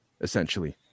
essentially